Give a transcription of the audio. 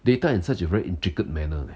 data in such a very intricate manner